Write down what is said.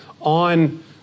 on